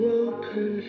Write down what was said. open